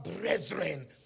brethren